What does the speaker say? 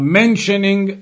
mentioning